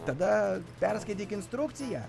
tada perskaityk instrukciją